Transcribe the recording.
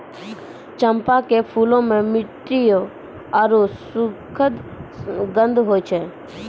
चंपा के फूलो मे मिठ्ठो आरु सुखद गंध होय छै